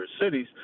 cities